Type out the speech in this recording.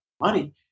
money